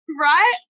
Right